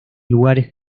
lugares